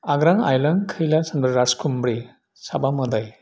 आग्रां आयलां खैलास सानबु राजखुमब्रि साबा मोदाय